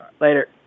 Later